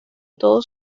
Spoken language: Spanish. todos